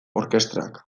orkestrak